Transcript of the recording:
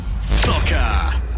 soccer